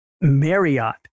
Marriott